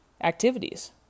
activities